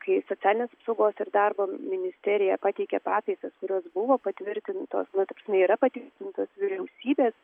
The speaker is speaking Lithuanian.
kai socialinės apsaugos ir darbo ministerija pateikė pataisas kurios buvo patvirtintos na ta prasme yra patvirtintos vyriausybės